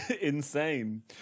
insane